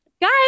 Guys